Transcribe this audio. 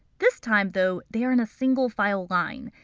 this time, though, they are in a single file line.